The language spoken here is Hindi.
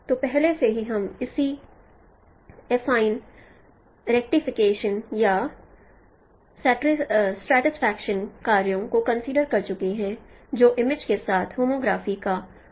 तो पहले से ही हम इसी एफाइन रेक्टिफिकेशन या स्ट्रतिफिकेशन कार्यों को कंसीडर कर चुके हैं जो इमेजेस के साथ होमोग्राफी का उपयोग शामिल है